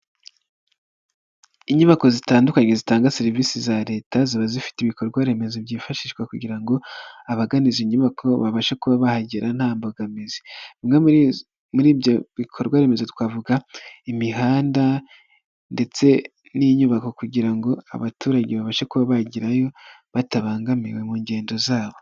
Inyubako zitandukanye zitanga serivisi za Leta ziba zifite ibikorwa remezo byifashishwa kugira ngo abagana izi nyubako babashe kuba bahagera nta mbogamizi, bimwe muri ibyo bikorwaremezo twavuga imihanda ndetse n'inyubako kugira ngo abaturage babashe kuba bagerayo batabangamiwe mu ngendo zabo.